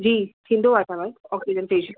जी थींदो आहे असां वटि ऑक्सीजन फ़ेशियल